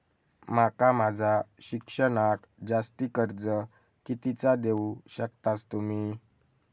माका माझा शिक्षणाक जास्ती कर्ज कितीचा देऊ शकतास तुम्ही?